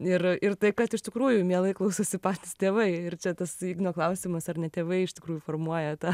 ir ir tai kad iš tikrųjų mielai klausosi patys tėvai ir čia tas igno klausimas ar ne tėvai iš tikrųjų formuoja tą